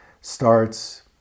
starts